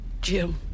Jim